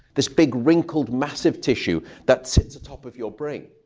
this big, wrinkled, massive tissue that sits atop of your brain.